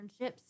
internships